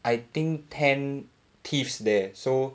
I think ten thieves there so